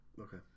Okay